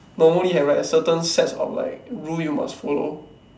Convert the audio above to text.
normally have like a certain sets of like rule you must follow